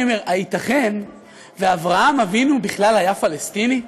ואני אומר: הייתכן שאברהם אבינו בכלל היה פלסטיני?